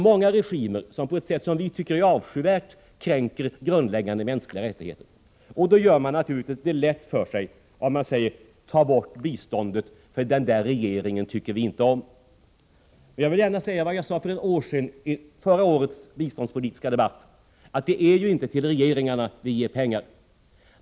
Många regimer kränker, på ett sätt som vi tycker är avskyvärt, de mänskliga rättigheterna. Då gör man det lätt för sig genom att säga: Ta bort biståndet, den där regimen tycker vi inte om! Jag vill gärna upprepa vad jag sade för ett år sedan, i förra årets biståndspolitiska debatt: Det är inte till regeringarna vi ger pengar.